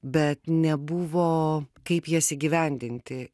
bet nebuvo kaip jas įgyvendinti